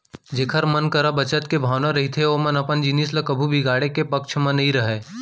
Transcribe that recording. जेखर मन करा बचत के भावना रहिथे ओमन ह अपन जिनिस ल कभू बिगाड़े के पक्छ म नइ रहय